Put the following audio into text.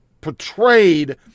portrayed